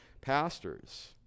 pastors